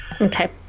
Okay